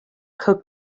coke